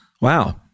Wow